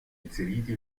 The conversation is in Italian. inseriti